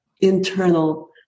internal